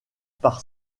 par